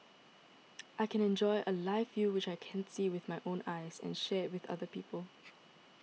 I can enjoy a live view which I can't see with my own eyes and share it with other people